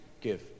give